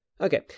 Okay